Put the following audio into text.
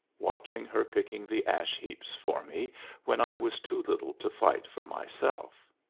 watching her picking the ash-heaps for me when i was too little to fight for myself.